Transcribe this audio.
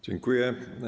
Dziękuję.